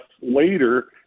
later